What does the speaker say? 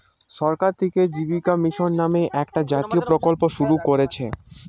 সরকার থিকে জীবিকা মিশন নামে একটা জাতীয় প্রকল্প শুরু কোরছে